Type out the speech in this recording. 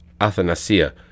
Athanasia